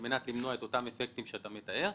על מנת למנוע את אותם אפקטים שאתה מתאר.